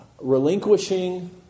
relinquishing